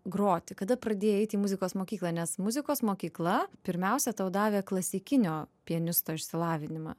groti kada pradėjai eiti į muzikos mokyklą nes muzikos mokykla pirmiausia tau davė klasikinio pianisto išsilavinimą